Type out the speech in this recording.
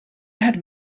had